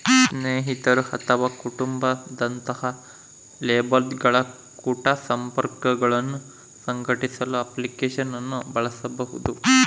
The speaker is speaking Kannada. ಸ್ನೇಹಿತರು ಅಥವಾ ಕುಟುಂಬ ದಂತಹ ಲೇಬಲ್ಗಳ ಕುಟ ಸಂಪರ್ಕಗುಳ್ನ ಸಂಘಟಿಸಲು ಅಪ್ಲಿಕೇಶನ್ ಅನ್ನು ಬಳಸಬಹುದು